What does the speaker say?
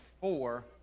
four